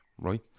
right